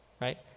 right